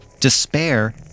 Despair